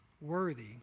worthy